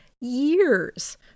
years